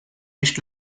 nicht